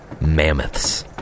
mammoths